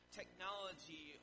technology